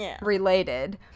related